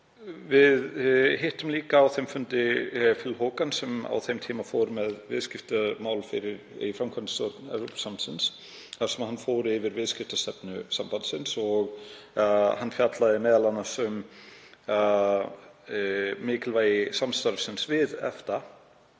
Við hittum líka á þeim fundi Phil Hogan, sem á þeim tíma fór með viðskiptamál fyrir framkvæmdastjórn Evrópusambandsins þar sem hann fór yfir viðskiptastefnu sambandsins og hann fjallaði m.a. um mikilvægi samstarfsins við